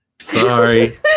Sorry